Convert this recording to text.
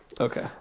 Okay